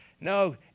no